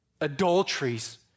adulteries